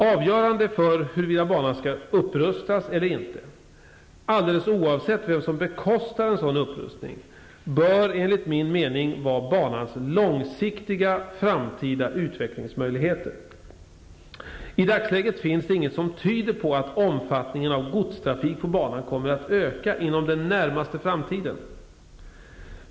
Avgörande för huruvida banan skall upprustas eller inte, alldeles oavsett vem som bekostar en sådan upprustning, bör enligt min mening vara banans långsiktiga framtida utvecklingsmöjligheter. I dagsläget finns det inget som tyder på att omfattningen av godstrafik på banan kommer att öka inom den närmaste framtiden.